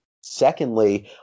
secondly